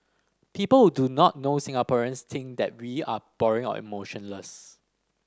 people who do not know Singaporeans think that we are boring or emotionless